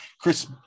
Chris